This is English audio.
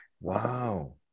wow